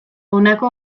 honako